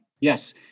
Yes